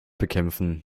bekämpfen